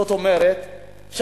עכשיו,